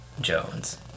Jones